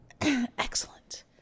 Excellent